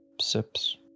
Sips